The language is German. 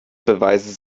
beweise